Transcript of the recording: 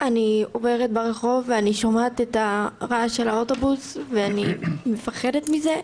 אני עוברת ברחוב ואני שומעת את הרעש של האוטובוס ואני מפחדת מזה.